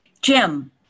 Jim